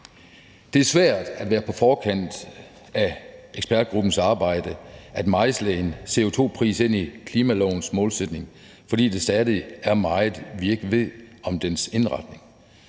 Det er svært at være på forkant af ekspertudvalgets arbejde – at mejsle en CO2-pris ind i klimalovens målsætning – fordi der stadig er meget, vi ikke ved om dens indretning.